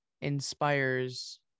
inspires